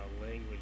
language